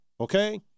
okay